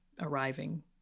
arriving